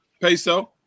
Peso